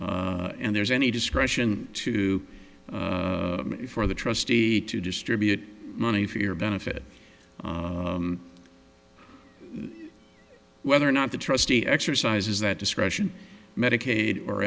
and there's any discretion to for the trustee to distribute money for your benefit whether or not the trustee exercises that discretion medicaid or